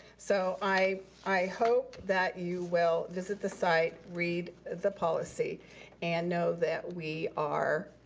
so i i hope that you will visit the site, read the policy and know that we are,